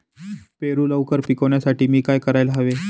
पेरू लवकर पिकवण्यासाठी मी काय करायला हवे?